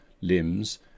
limbs